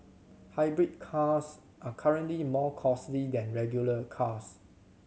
hybrid cars are currently more costly than regular cars